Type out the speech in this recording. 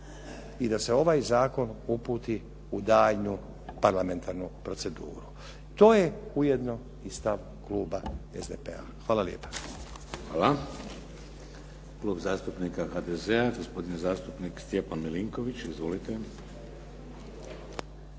i da se ovaj zakon uputi u daljnju parlamentarnu proceduru. To je ujedno i stav klub SDP-a. Hvala lijepa. **Šeks, Vladimir (HDZ)** Hvala. Klub zastupnika HDZ-a gospodin zastupnik Stjepan Milinković. Izvolite.